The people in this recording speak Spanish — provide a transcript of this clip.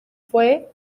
fue